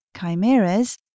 Chimeras